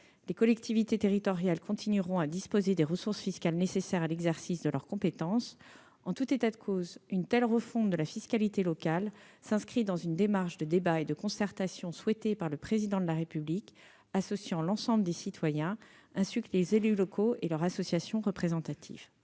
Les collectivités territoriales continueront de disposer des ressources fiscales nécessaires à l'exercice de leurs compétences. En tout état de cause, une telle refonte de la fiscalité locale s'inscrit dans le cadre du débat et de la concertation souhaités par le Président de la République avec l'ensemble des citoyens, des élus locaux et de leurs associations représentatives.